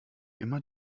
immer